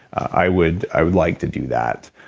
i would i would like to do that.